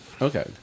Okay